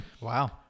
Wow